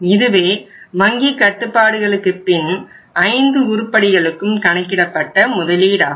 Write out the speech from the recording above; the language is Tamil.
இதுவே வங்கி கட்டுப்பாடுகளுக்கு பின் 5 உருப்படிகளுக்கும் கணக்கிடப்பட்ட முதலீடாகும்